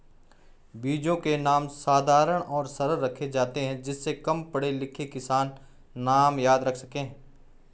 बीजों के नाम साधारण और सरल रखे जाते हैं जिससे कम पढ़े लिखे किसान नाम याद रख सके